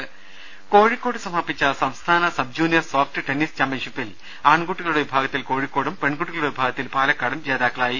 ദർദ കോഴിക്കോട്ട് സമാപിച്ച സംസ്ഥാന സബ് ജൂനിയർ സോഫ്റ്റ് ടെന്നീസ് ചാമ്പ്യൻഷിപ്പിൽ ആൺകുട്ടികളുടെ വിഭാഗത്തിൽ കോഴിക്കോടും പെൺകുട്ടികളുടെ വിഭാഗത്തിൽ പാലക്കാടും ജേതാക്കളായി